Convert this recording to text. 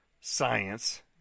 science